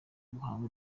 guhanga